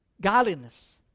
Godliness